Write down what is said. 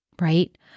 right